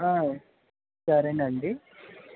సరేనండి